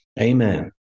Amen